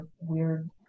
weird